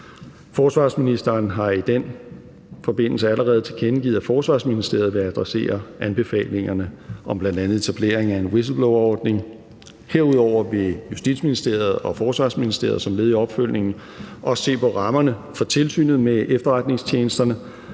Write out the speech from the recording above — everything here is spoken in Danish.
Forsvarsministeren har i den forbindelse allerede tilkendegivet, at Forsvarsministeriet vil adressere anbefalingerne om bl.a. etablering af en whistleblowerordning. Herudover vil Justitsministeriet og Forsvarsministeriet som led i opfølgningen også se på rammerne for Tilsynet med Efterretningstjenesterne